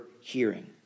hearing